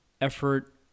effort